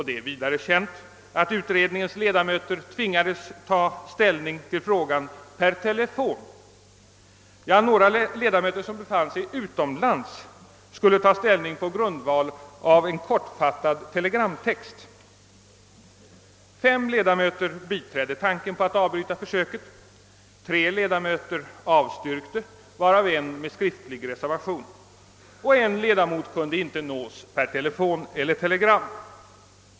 Det är vidare känt att utredningens ledamöter tvingades ta ställning till frågan per telefon. Några ledamöter som befann sig utomlands skulle till och med ta ställning på grundval av en kortfattad telegramtext. Fem ledamöter biträdde tanken på att avbryta försöket, tre ledamöter avstyrkte varav en med skriftlig reservation och en ledamot kunde inte nås per telefon eller telegram.